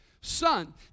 son